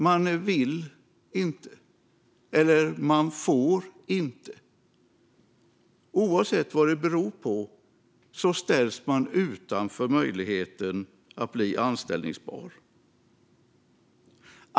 Man vill inte eller man får inte. Oavsett vad det beror på ställs man utanför möjligheten att bli anställbar.